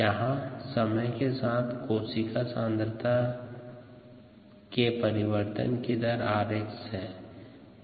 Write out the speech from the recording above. यहाँ समय के साथ कोशिका सांद्रता के परिवर्तन की दर 𝑟𝑥 है